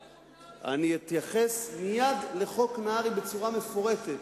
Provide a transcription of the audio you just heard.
אתייחס מייד לחוק נהרי בצורה מפורטת.